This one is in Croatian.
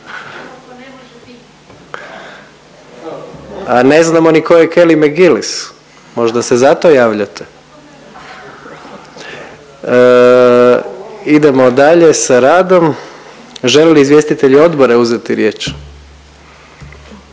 A ne znamo ni tko je Kelly McGillis možda se zato javljate. Idemo dalje sa radom. Žele li izvjestitelji odbora uzeti riječ?